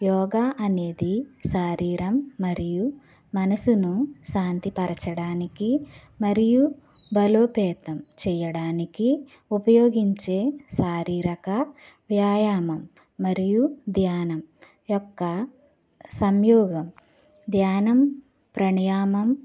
యోగా అనేది శరీరం మరియు మనసును శాంతి పరచడానికి మరియు బలోపేతం చేయడానికి ఉపయోగించే శారీరక వ్యాయామం మరియు ధ్యానం యొక్క సంయోగం ధ్యానం ప్రాణాయా మం